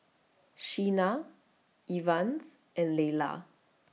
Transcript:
Sheena Evans and Layla